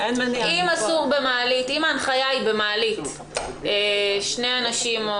אם ההנחיה במעלית היא שני אנשים או